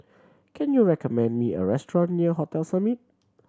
can you recommend me a restaurant near Hotel Summit